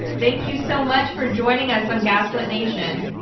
thank you so much for joining us on gaslit nation.